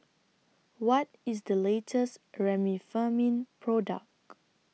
What IS The latest Remifemin Product